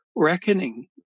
Reckoning